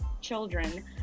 children